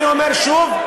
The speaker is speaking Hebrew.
אני אומר שוב,